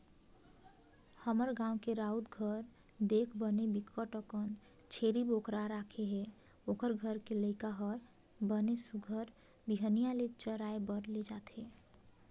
हमर गाँव के राउत घर देख बने बिकट अकन छेरी बोकरा राखे हे, ओखर घर के लइका हर बने सुग्घर बिहनिया ले चराए बर ले जथे